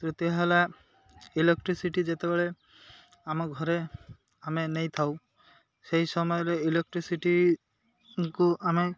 ତୃତୀୟ ହେଲା ଇଲେକ୍ଟ୍ରିସିଟି ଯେତେବେଳେ ଆମ ଘରେ ଆମେ ନେଇ ଥାଉ ସେଇ ସମୟରେ ଇଲେକ୍ଟ୍ରିସିଟିଙ୍କୁ ଆମେ